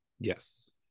Yes